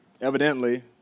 evidently